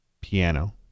piano